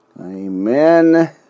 Amen